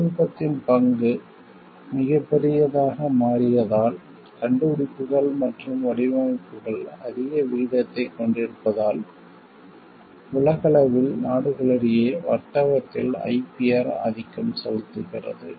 தொழில்நுட்பத்தின் பங்கு மிகப் பெரியதாக மாறியதால் கண்டுபிடிப்புகள் மற்றும் வடிவமைப்புகள் அதிக விகிதத்தைக் கொண்டிருப்பதால் உலகளவில் நாடுகளிடையே வர்த்தகத்தில் IPR ஆதிக்கம் செலுத்துகிறது